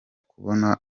kubona